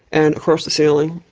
and across the ceiling.